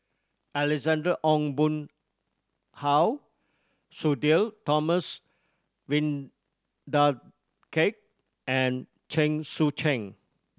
Ong Boon Hau Sudhir Thomas Vadaketh and Chen Sucheng